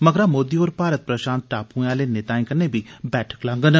मगरा मोदी होर भारत प्रशांत टापूएं आले नेताएं कन्नै बैठक लांगन